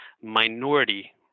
minority